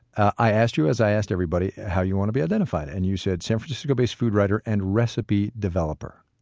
i asked you as i asked everybody how you want to be identified, and you said san francisco-based food writer and recipe developer.